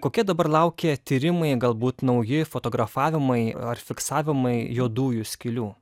kokie dabar laukia tyrimai galbūt nauji fotografavimai ar fiksavimai juodųjų skylių